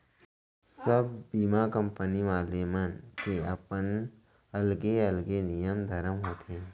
सब बीमा कंपनी वाले मन के अपन अलगे अलगे नियम धरम होथे